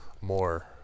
more